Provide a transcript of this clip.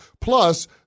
Plus